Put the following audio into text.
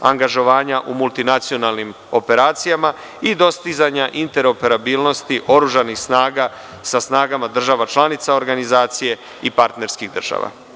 angažovanja u multinacionalnim operacijama i dostizanja interoperabilnosti oružanih snaga sa snagama država članica organizacije i partnerskih država.